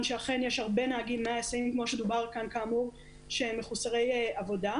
שאכן יש הרבה נהגים שהם מחוסרי עבודה,